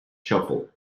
shuffle